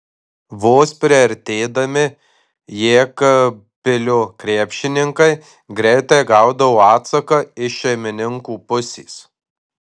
vos priartėdami jekabpilio krepšininkai greitai gaudavo atsaką iš šeimininkų pusės